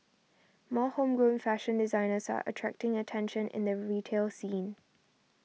more homegrown fashion designers are attracting attention in the retail scene